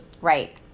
Right